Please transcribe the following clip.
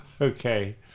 Okay